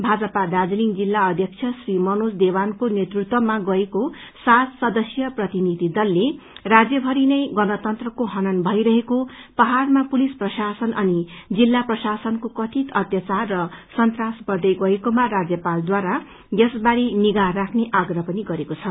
भाजपा जिल्ला अध्यक्ष श्री मनोज देवानको नेतृत्वमा गएको सात सदस्यीय प्रतिनिधि दलले राज्यभरि नै गण्तंत्रको हनन् भईरहेको पहाड़मा पुलिसउ प्रशासन अनि जिल्ला प्रशासनको कथित अत्याचार र संत्राश बढ़दे गएकोमा राज्यापालद्वारा यसबारे निगाह रात्रख्ने आग्रह पनि गरेको छ